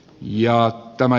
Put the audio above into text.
jalat tämä